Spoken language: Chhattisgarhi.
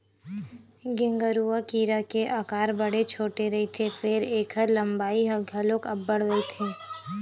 गेंगरूआ कीरा के अकार बड़े छोटे रहिथे फेर ऐखर लंबाई ह घलोक अब्बड़ रहिथे